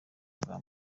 bwa